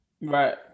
Right